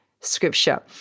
Scripture